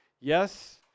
Yes